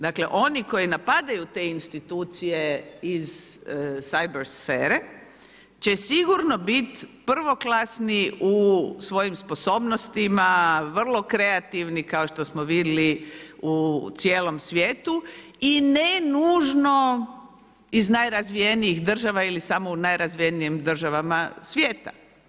Dakle oni koji napadaju te institucije iz cyber sfere će sigurno biti prvoklasni u svojim sposobnostima, vrlo kreativni kao što smo vidjeli u cijelom svijetu i ne nužno iz najrazvijenijih država ili samo u najrazvijenijim državama svijeta.